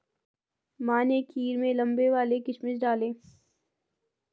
माँ ने खीर में लंबे वाले किशमिश डाले